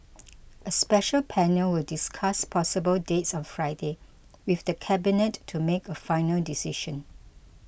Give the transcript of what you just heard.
a special panel will discuss possible dates on Friday with the Cabinet to make a final decision